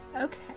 Okay